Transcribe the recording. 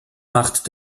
macht